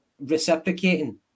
reciprocating